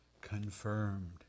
confirmed